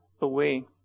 away